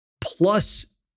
plus